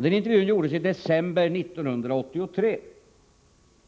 Den intervjun gjordes i december 1983.